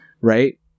Right